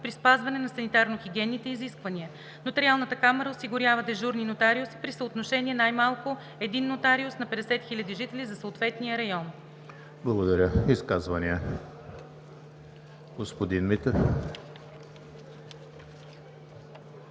при спазване на санитарно-хигиенните изисквания. Нотариалната камара осигурява дежурни нотариуси при съотношение най-малко един нотариус на 50 000 жители за съответния район.“ ПРЕДСЕДАТЕЛ ЕМИЛ ХРИСТОВ: Благодаря. Изказвания? Господин Митев,